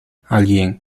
alguien